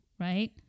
Right